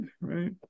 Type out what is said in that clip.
right